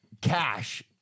cash